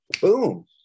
boom